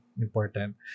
important